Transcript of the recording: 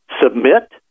Submit